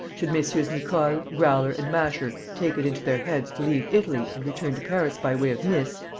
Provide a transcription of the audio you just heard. should messrs. nicole, growler and masher take it into their heads to leave italy and return to paris by way of nice,